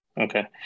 Okay